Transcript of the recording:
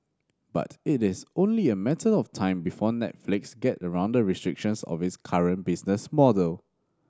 but it is only a matter of time before Netflix gets around the restrictions of its current business model